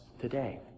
today